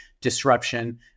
disruption